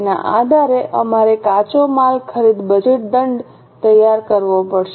તેના આધારે અમારે કાચો માલ ખરીદ બજેટ દંડ તૈયાર કરવો પડશે